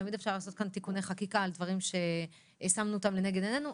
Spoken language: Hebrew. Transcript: תמיד אפשר לעשות כאן תיקוני חקיקה על דברים ששמנו אותם לנגד עינינו,